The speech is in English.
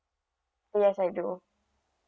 yes I do